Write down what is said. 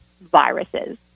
viruses